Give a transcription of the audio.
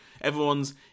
Everyone's